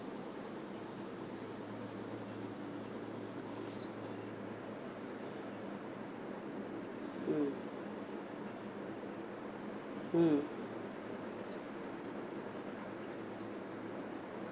mm